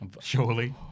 surely